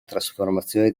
trasformazione